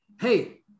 hey